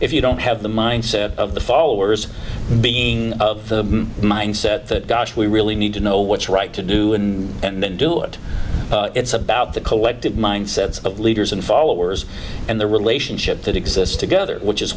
if you don't have the mindset of the followers being of the mindset that gosh we really need to know what's right to do and then do it it's about the collective mind sets of leaders and followers and the relationship that exists together which is